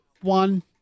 one